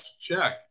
check